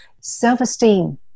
Self-esteem